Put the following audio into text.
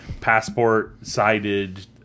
passport-sided